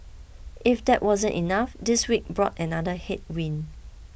if that wasn't enough this week brought another headwind